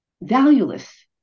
valueless